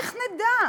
איך נדע?